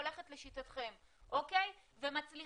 הגישה הנקודתית, יואב.